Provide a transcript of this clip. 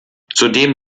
zudem